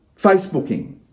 Facebooking